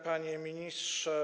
Panie Ministrze!